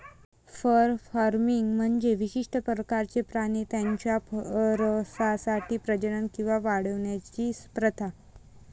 fur farming म्हणजे विशिष्ट प्रकारचे प्राणी त्यांच्या फरसाठी प्रजनन किंवा वाढवण्याची प्रथा